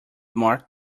mark